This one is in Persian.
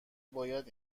باید